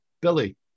Billy